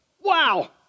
Wow